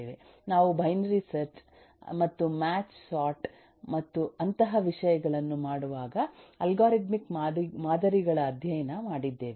ನಾವು binary search ಮತ್ತು merge sort ಮತ್ತು ಅಂತಹ ವಿಷಯಗಳನ್ನು ಮಾಡುವಾಗ ಅಲ್ಗಾರಿದಮಿಕ್ ಮಾದರಿಗಳ ಅಧ್ಯಯನ ಮಾಡಿದ್ದೇವೆ